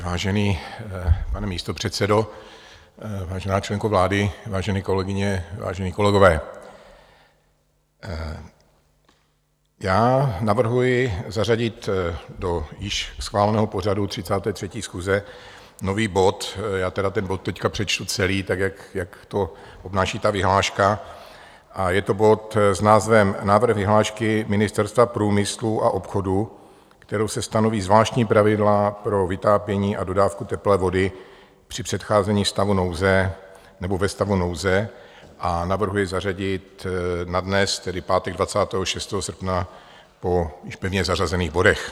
Vážený pane místopředsedo, vážená členko vlády, vážené kolegyně, vážení kolegové, já navrhuji zařadit do již schváleného pořadu 33. schůze nový bod, já tedy ten bod teď přečtu celý, tak jak to obnáší ta vyhláška, je to bod s názvem Návrh vyhlášky Ministerstva průmyslu a obchodu, kterou se stanoví zvláštní pravidla pro vytápění a dodávku teplé vody při předcházení stavu nouze nebo ve stavu nouze, a navrhuji zařadit na dnes, tedy pátek 26. srpna, po již pevně zařazených bodech.